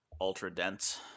ultra-dense